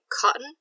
cotton